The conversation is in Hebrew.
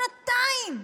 שנתיים,